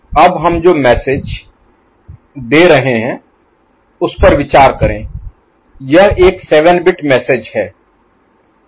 अब हम जो मैसेज Message संदेश दे रहे हैं उस पर विचार करें यह एक 7 बिट मैसेज Message संदेश है